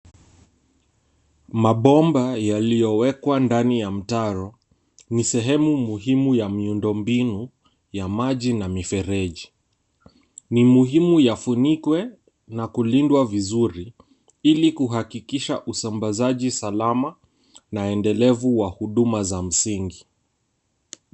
Mabomba yaliyowekwa ndani ya mtaro, ni sehemu muhimu ya miundombinu ya maji na mifereji. Ni muhimu yafunikwe na kulindwa vizuri, ili kuhakikisha usambazaji salama na endelevu wa huduma za msingi.